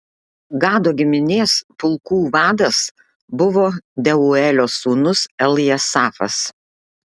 gado giminės pulkų vadas buvo deuelio sūnus eljasafas